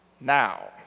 now